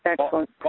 excellent